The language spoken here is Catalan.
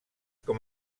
com